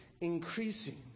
increasing